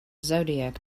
zodiac